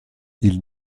ils